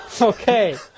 Okay